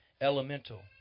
Elemental